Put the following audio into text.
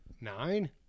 Nine